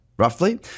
roughly